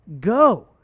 go